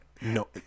No